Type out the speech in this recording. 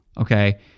Okay